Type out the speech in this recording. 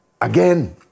again